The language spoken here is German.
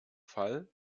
fall